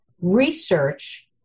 research